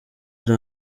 ari